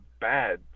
bad